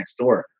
Nextdoor